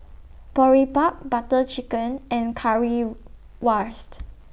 Boribap Butter Chicken and Currywurst